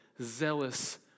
zealous